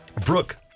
Brooke